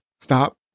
stop